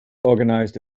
organised